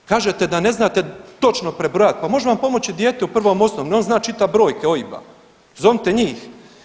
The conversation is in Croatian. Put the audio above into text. Kažete da ne znate točno prebrojat, pa možemo vam pomoći dijete u prvom osnovne, on zna čitat brojke OIB-a, zovnite njih.